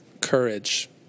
courage